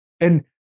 And-